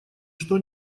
что